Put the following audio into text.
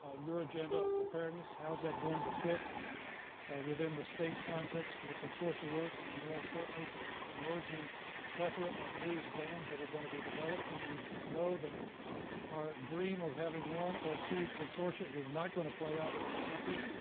ah your agenda on and preparedness, how is that going to fit within the state context of the consortia work, and more importantly, the emerging plethora of new exams that are going to be developed. we know that our dream of having one or two consortia is not going to play out in this country.